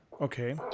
Okay